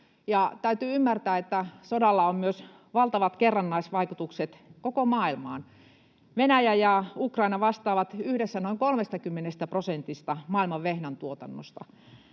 täytyy ymmärtää että sodalla on myös valtavat kerrannaisvaikutukset koko maailmaan. Venäjä ja Ukraina vastaavat yhdessä noin 30 prosentista maailman vehnäntuotannosta,